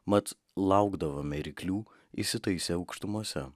mat laukdavome ryklių įsitaisę aukštumose